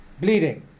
bleeding